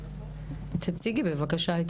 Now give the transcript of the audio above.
בבקשה.